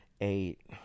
Eight